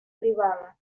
privada